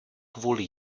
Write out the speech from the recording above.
kvůli